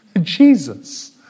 Jesus